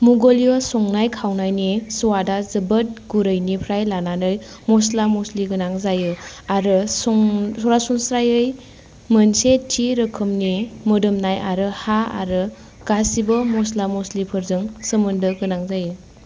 मंग'लिय संनाय खावनायनि स्वादा जोबोद गुरैनिफ्राय लानानै मस्ला मस्लिगोनां जायो आरो सरासनस्रायै मोनसे थि रोखोमनि मोदोमनाय आरो हा आरो गासिबो मस्ला मस्लिफोरजों सोमोन्दो गोनां जायो